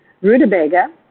rutabaga